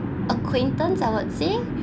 acquaintance I would say